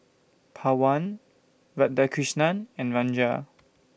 Pawan Radhakrishnan and Ranga